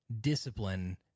discipline